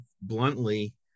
bluntly